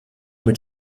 mit